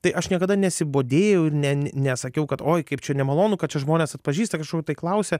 tai aš niekada nesibodėjau ir ne nesakiau kad oi kaip čia nemalonu kad čia žmonės atpažįsta kažkur tai klausia